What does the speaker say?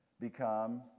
become